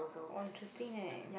orh interesting eh